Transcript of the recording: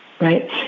right